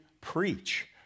preach